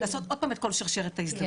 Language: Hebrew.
לעשות עוד פעם את כל שרשרת ההזדהות.